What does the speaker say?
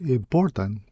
important